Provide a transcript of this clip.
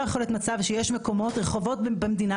לא יכול להיות מצב שיש רחובות במדינה